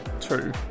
two